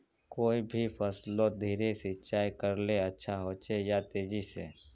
कोई भी फसलोत धीरे सिंचाई करले अच्छा होचे या तेजी से?